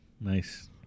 Nice